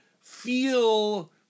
feel